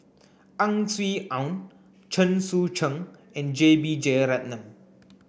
Ang Swee Aun Chen Sucheng and J B Jeyaretnam